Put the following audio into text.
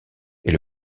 est